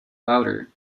louder